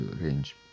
range